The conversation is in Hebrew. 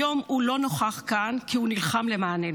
היום הוא לא נוכח כאן, כי הוא נלחם למעננו.